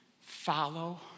follow